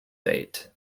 fate